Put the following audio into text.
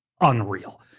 unreal